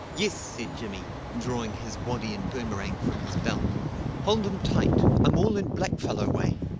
yes, said jimmy, drawing his waddy and boomerang from his belt hold um tight, um all in black fellow way.